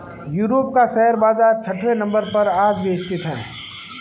Europe का share बाजार छठवें नम्बर पर आज भी स्थित है